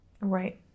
Right